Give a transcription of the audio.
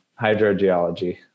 hydrogeology